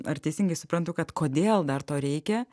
ar teisingai suprantu kad kodėl dar to reikia